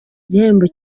igihembo